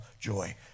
joy